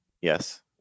yes